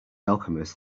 alchemist